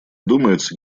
думается